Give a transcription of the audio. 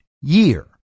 year